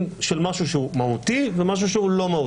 של משהו שהוא מהותי ומשהו שהוא לא מהותי.